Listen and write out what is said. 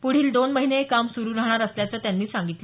पुढील दोन महिने हे काम सुरू राहणार असल्याचं त्यांनी सांगितलं